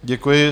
Děkuji.